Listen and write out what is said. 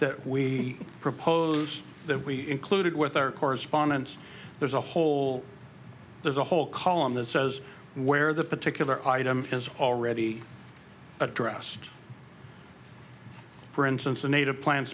that we propose that we included with our correspondents there's a whole there's a whole column that says where the particular item has already addressed for instance the native plant